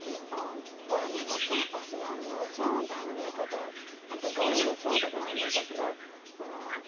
पर्ने गर्छ असिनाहरू पनि आउँछ अन्त हाम्रो यता त हामी त गाउँमा छ त्यही भएर हाम्रो यता पुरा